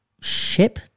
ship